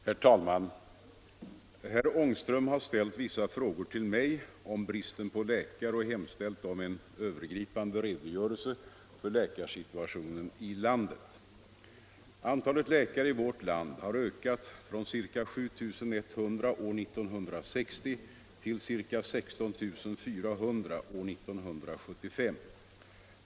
Herr talman! Herr Ångström har ställt vissa frågor till mig om bristen på läkare och hemställt om en övergripande redogörelse för läkarsituationen i landet. Antalet läkare i vårt land har ökat från ca 7 100 år 1960 till ca 16 400 år 1975.